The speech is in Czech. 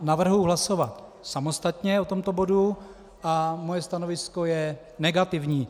Navrhuji hlasovat samostatně o tomto bodu a moje stanovisko je negativní.